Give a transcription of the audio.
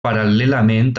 paral·lelament